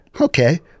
Okay